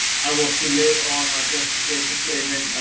i will submit on our justification statement,